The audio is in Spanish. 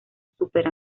súper